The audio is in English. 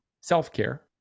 self-care